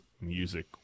music